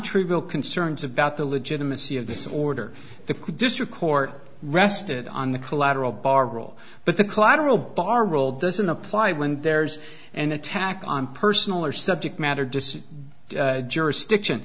nontrivial concerns about the legitimacy of this order the district court rested on the collateral bar brawl but the collateral bar rule doesn't apply when there's an attack on personal or subject matter just jurisdiction